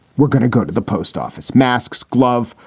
we're gonna go to the post office masks glove.